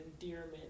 endearment